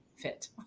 fit